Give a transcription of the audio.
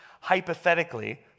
Hypothetically